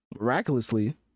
miraculously